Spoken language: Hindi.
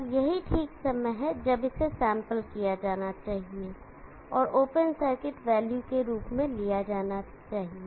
और यही ठीक समय है जब इसे सैंपल् किया जाना चाहिए और ओपन सर्किट वैल्यू के रूप में लिया जाना चाहिए